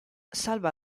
salva